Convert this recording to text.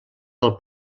del